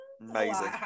Amazing